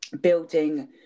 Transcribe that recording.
building